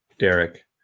Derek